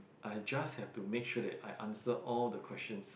I just have to make sure that I answer all the questions